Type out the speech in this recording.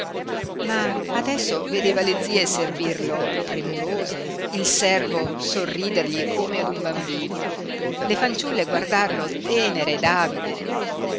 ma adesso vedeva le zie servirlo premurose il servo sorridergli come ad un bambino le fanciulle guardarlo tenere ed avide